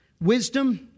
wisdom